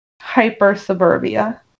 hyper-suburbia